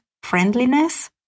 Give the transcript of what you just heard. Friendliness